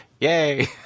yay